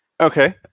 okay